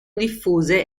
diffuse